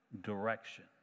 direction